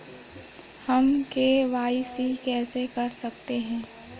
हम के.वाई.सी कैसे कर सकते हैं?